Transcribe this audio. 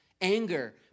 anger